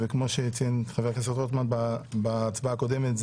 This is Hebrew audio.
וכמו שציין חבר הכנסת רוטמן בהצבעה הקודמת,